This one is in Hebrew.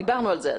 דיברנו על זה.